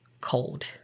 cold